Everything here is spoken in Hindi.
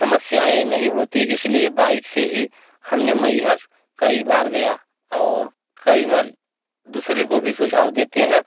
समस्याएँ नहीं होती इसलिए बाइक से ही हमने मैहर कई बार गया और कई बार दूसरे को भी सुझाव देते हैं